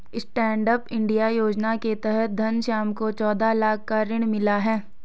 stand up India योजना के तहत घनश्याम को चौदह लाख का ऋण मिला है